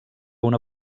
una